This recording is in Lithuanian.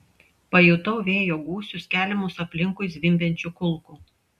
pajutau vėjo gūsius keliamus aplinkui zvimbiančių kulkų